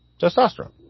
testosterone